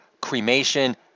cremation